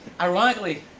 Ironically